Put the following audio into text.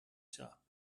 shop